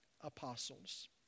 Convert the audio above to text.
apostles